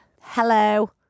Hello